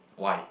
why